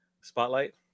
spotlight